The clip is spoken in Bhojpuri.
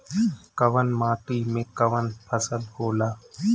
कवन माटी में कवन फसल हो ला?